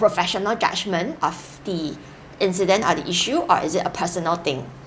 professional judgement of the incident or the issue or is it a personal thing